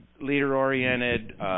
leader-oriented